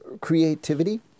creativity